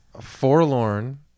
Forlorn